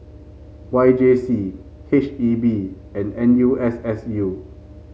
Y J C H E B and N U S S U